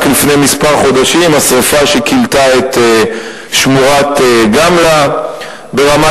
רק לפני כמה חודשים כילתה שרפה את שמורת גמלא ברמת-הגולן.